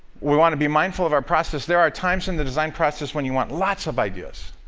we want to be mindful of our process. there are times in the design process when you want lots of ideas,